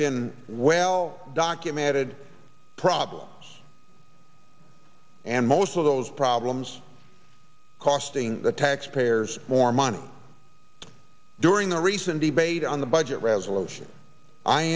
been well documented problems and most of those problems costing the taxpayers more money during the recent debate on the budget resolution i